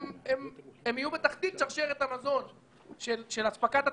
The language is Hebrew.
הם יהיו בתחתית שרשרת המזון של אספקת התשתיות.